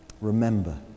Remember